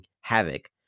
Havoc